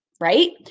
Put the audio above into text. Right